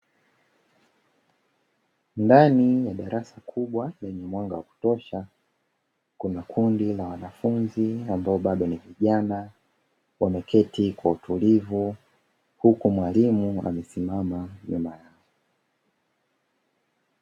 Ndani ya darasa kubwa lenye mwanga wa kutosha, kuna kundi la wanafunzi ambao bado ni vijana wameketi kwa utulivu huku mwalimu amesimama nyuma yao.